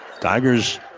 Tigers